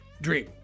Dream